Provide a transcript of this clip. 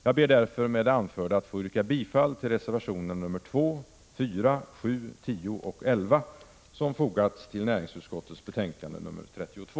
Jag ber med det anförda att få yrka bifall till reservationerna nr 2, 4, 7, 10 och 11 som fogats till näringsutskottets betänkande nr 32.